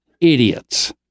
idiots